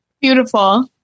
Beautiful